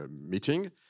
meeting